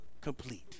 complete